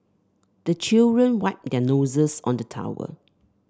the children wipe their noses on the towel